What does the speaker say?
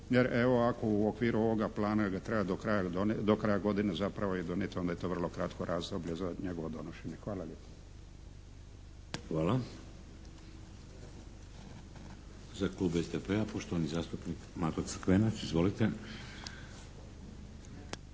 Jer evo ako u okviru ovoga plana jer ga treba do kraja godine zapravo i donijeti onda je to vrlo kratko razdoblje za njegovo donošenje. Hvala lijepa. **Šeks, Vladimir (HDZ)** Hvala. Za klub SDP-a, poštovani zastupnik Mato Crkvenac. Izvolite.